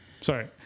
Sorry